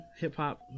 Hip-hop